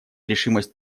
решимость